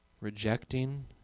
rejecting